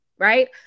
right